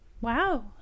Wow